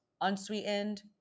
Unsweetened